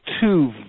two